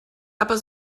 aber